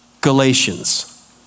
Galatians